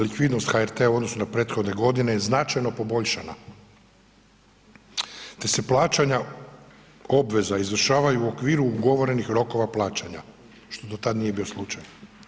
Likvidnost HRT-a u odnosu na prethodne godine značajno je poboljšana te se plaćanja obveza izvršavaju u okviru ugovorenih rokova plaćanja, što do tada nije bio slučaj.